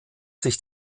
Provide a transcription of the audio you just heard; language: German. sich